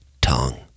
tongue